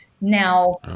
Now